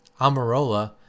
Amarola